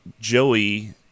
Joey